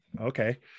okay